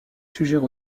sujets